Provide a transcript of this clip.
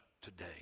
today